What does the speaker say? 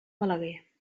balaguer